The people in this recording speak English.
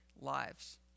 lives